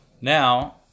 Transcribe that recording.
Now